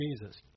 Jesus